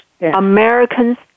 Americans